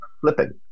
flipping